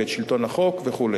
שלטון החוק וכו'.